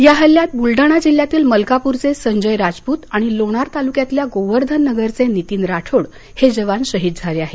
या हल्ल्यात बुलढाणा जिल्ह्यातील मलकापूरचे संजय राजपूत आणि लोणार तालुक्यातल्या गोवर्धन नगरचे नितीन राठोड हे जवान शहीद झाले आहेत